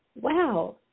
wow